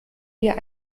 dir